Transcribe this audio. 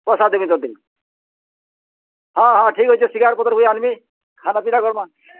ହଁ ପଇସା ଦେମି ତୋତେ ହଁ ହଁ ଠିକ୍ ଅଛେ ଶିକାର୍ ପତର୍ ହୁଏ ଆନିବି କର୍ମା